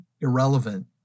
irrelevant